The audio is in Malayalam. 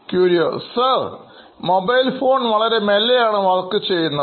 Curioമൊബൈൽ ഫോൺ വളരെ മെല്ലെയാണ് വർക്ക് ചെയ്യുന്നത്